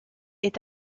est